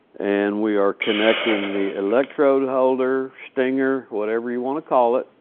and we are connecting the electrode holder, stinger, whatever you want to call it,